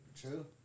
True